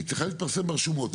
היא צריכה להתפרסם ברשומות.